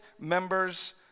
members